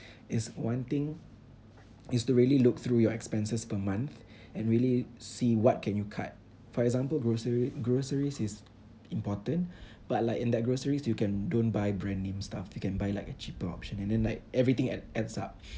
is wanting is to really look through your expenses per month and really see what can you cut for example grocery groceries is important but like in that groceries you can don't buy brand name stuff you can buy like a cheaper option and then like everything add adds up